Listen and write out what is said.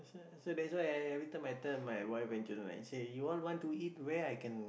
so that's why I I I everytime tell my wife and children right say you all want to eat where I can